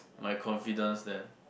my confidence then